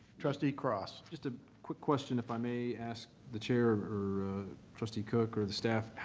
trustee cross. just a quick question if i may ask the chair or trustee cook or the staff.